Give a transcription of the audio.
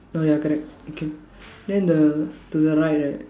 oh ya correct okay then the to the right right